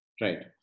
Right